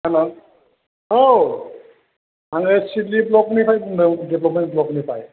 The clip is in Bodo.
हेल्ल' औ आङो सिडलि ब्ल'कनिफ्राय बुंदों डेभल'पमेन्ट ब्ल'कनिफ्राय